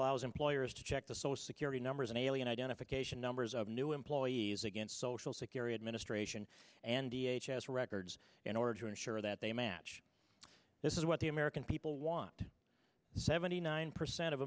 allows employers to check the so security numbers and alien identification numbers of new employees against social security administration and v h s records in order to ensure that they match this is what the american people want seventy nine percent of